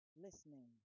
listening